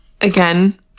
Again